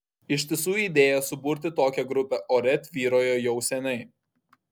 iš tiesų idėja suburti tokią grupę ore tvyrojo jau seniai